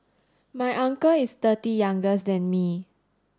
my uncle is thirty youngest than me